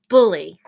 Bully